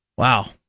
Wow